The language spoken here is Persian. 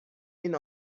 این